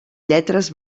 lletres